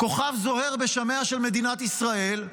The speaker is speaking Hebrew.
כוכב זוהר בשמיה של מדינת ישראל,